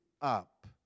up